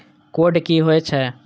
Code की होय छै?